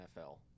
NFL